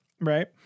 Right